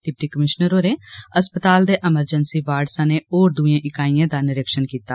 deputy commissioner होरें अस्पताल दे अमरजेंसी वार्ड सनें होर दुइएं इकाइएं दा नीरक्षण कीता